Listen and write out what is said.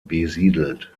besiedelt